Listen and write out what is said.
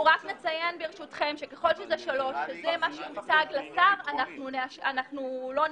ככל שזה שלוש, שזה מה שהוצג לשר, אנחנו לא נמשוך,